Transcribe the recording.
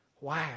wow